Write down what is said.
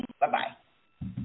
Bye-bye